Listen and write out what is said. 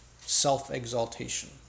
self-exaltation